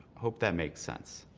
hope that makes sense.